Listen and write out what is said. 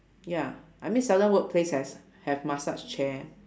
ya I mean seldom workplace has have massage chair